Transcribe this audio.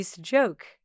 joke